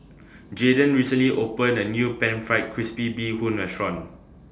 Jaydan recently opened A New Pan Fried Crispy Bee Hoon Restaurant